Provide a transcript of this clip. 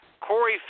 Corey